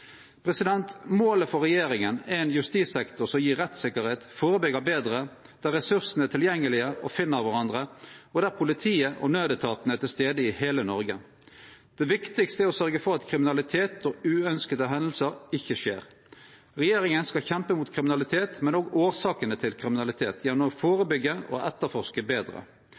Målet for regjeringa er ein justissektor som gjev rettstryggleik, førebyggjer betre, der ressursane er tilgjengelege og finn kvarandre, og der politiet og nødetatane er til stades i heile Noreg. Det viktigaste er å sørgje for at kriminalitet og uønskte hendingar ikkje skjer. Regjeringa skal kjempe mot kriminalitet, men òg årsakene til kriminalitet, gjennom å førebyggje og etterforske betre.